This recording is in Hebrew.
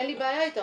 אין לי בעיה איתה,